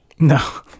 no